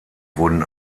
wurden